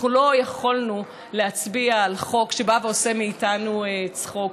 אנחנו לא יכולנו להצביע על חוק שבא ועושה מאיתנו צחוק.